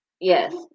Yes